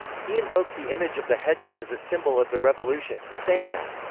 he invoked the image of the hejab as a symbol of the revolution, saying that,